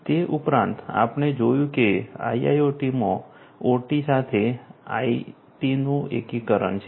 તે ઉપરાંત આપણે જોયું કે આઇઆઈઓટીમાં ઓટી સાથે આઇટીનું એકીકરણ છે